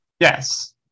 Yes